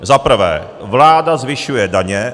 Za prvé, vláda zvyšuje daně.